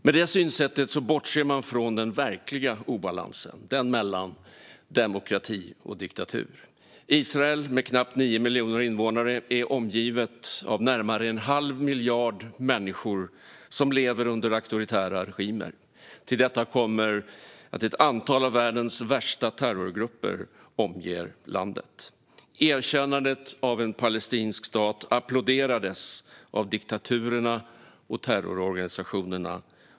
Med det synsättet bortser man från den verkliga obalansen: den mellan demokrati och diktatur. Israel med knappt 9 miljoner invånare är omgivet av närmare en halv miljard människor som lever under auktoritära regimer. Till detta kommer att ett antal av världens värsta terrorgrupper omger landet. Erkännandet av en palestinsk stat applåderades av diktaturerna och terrororganisationerna.